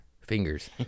fingers